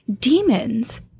Demons